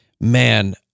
man